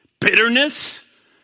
Bitterness